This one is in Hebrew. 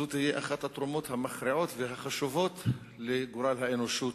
זו תהיה אחת התרומות המכריעות והחשובות לגורל האנושות.